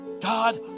God